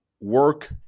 work